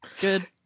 Good